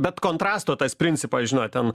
bet kontrasto tas principas žinot ten